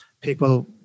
people